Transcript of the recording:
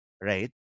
Right